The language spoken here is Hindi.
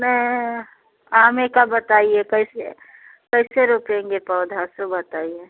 ना आमे का बताइए कैसे कैसे रोपेंगे पौधा सो बताइए